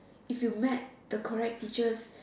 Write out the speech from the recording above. if you met the correct teachers